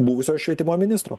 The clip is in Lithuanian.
buvusio švietimo ministro